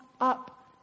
up